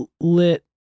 lit